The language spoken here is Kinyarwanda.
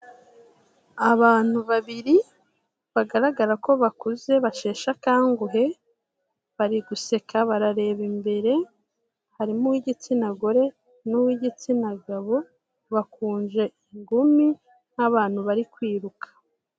Abantu babiri, bagaragara ko bakuze basheshe akanguhe, bari guseka barareba imbere, harimo uw'igitsina gore n'uw'igitsina gabo, bakunje ingumi nk'abantu bari kwiruka.